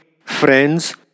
friends